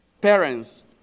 Parents